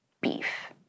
beef